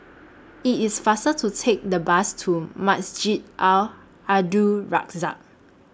IT IS faster to Take The Bus to Masjid Al Abdul Razak